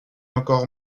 encore